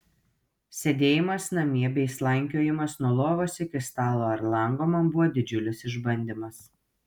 sėdėjimas namie bei slankiojimas nuo lovos iki stalo ar lango man buvo didžiulis išbandymas